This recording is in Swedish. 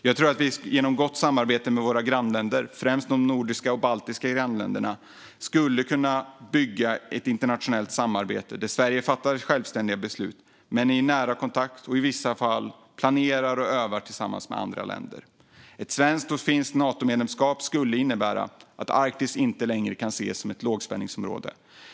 Jag tror att vi genom gott samarbete med våra grannländer, främst de nordiska och baltiska grannländerna, skulle kunna bygga ett internationellt samarbete där Sverige fattar självständiga beslut i nära kontakt med andra länder och i vissa fall planerar och övar tillsammans med dem. Ett svenskt och finländskt Natomedlemskap skulle innebära att Arktis inte längre kan ses som ett lågspänningsområde.